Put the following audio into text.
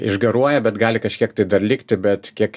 išgaruoja bet gali kažkiek tai dar likti bet kiek